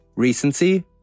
Recency